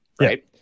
Right